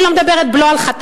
אני לא מדברת על בלו על חטאים,